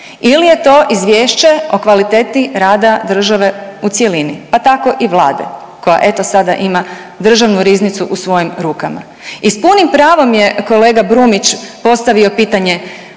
ili je to izvješće o kvaliteti rada države u cjelini, pa tako i vlade, koja eto, sada ima državnu riznicu u svojim rukama i s punim pravom je kolega Brumić postavio pitanje